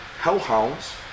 hellhounds